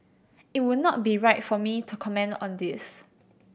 it would not be right for me to comment on this